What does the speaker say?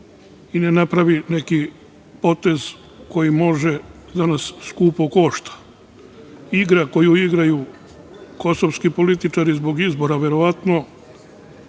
i ne napravi neki potez koji može da nas skupo košta. Igra koju igraju kosovski političari zbog izbora, verovatno,